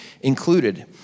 included